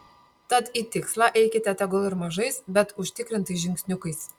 tad į tikslą eikite tegul ir mažais bet užtikrintais žingsniukais